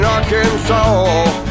Arkansas